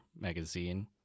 magazine